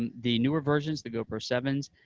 and the newer versions, the gopro sevens,